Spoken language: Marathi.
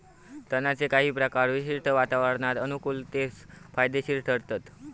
तणांचे काही प्रकार विशिष्ट वातावरणात अनुकुलतेसह फायदेशिर ठरतत